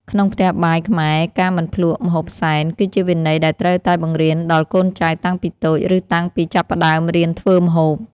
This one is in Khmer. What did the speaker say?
ក្នុងផ្ទះបាយខ្មែរការមិនភ្លក្សម្ហូបសែន គឺជាវិន័យដែលត្រូវតែបង្រៀនដល់កូនចៅតាំងពីតូច ឬតាំងពីចាប់ផ្តើមរៀនធ្វើម្ហូប។